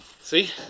see